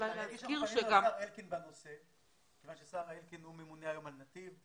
פנינו לשר אלקין בנושא כי הוא היום ממונה על נתיב.